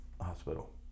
hospital